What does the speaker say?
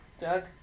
Doug